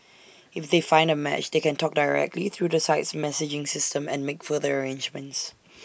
if they find A match they can talk directly through the site's messaging system and make further arrangements